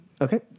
Okay